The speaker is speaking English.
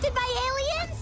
by alien